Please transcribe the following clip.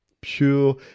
pure